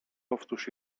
powtórz